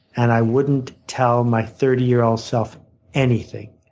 and i wouldn't tell my thirty year-old self anything.